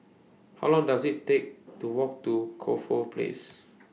How Long Does IT Take to Walk to Corfe Place